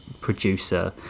producer